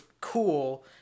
cool